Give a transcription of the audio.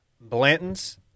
Blanton's